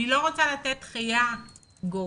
אנילא רוצה לתת דחייה גורפת